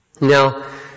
Now